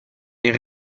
est